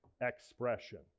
expression